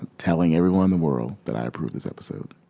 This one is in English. and telling everyone in the world that i approve this episode